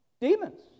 demons